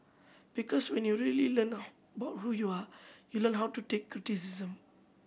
because when you really learn about who you are you learn how to take criticism